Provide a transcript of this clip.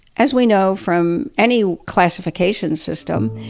as we know from any classification system,